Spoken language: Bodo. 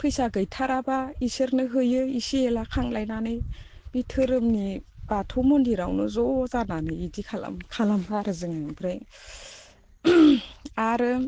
फैसा गैथाराब्ला इसोरनो हैयो इसे एला खांलायनानै बे धोरोमनि बाथौ मन्दिरावनो ज' जानानै इदि खालामब्ला आरो जों ओमफ्राय आरो